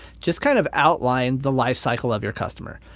just kind of outline the life cycle of your customer.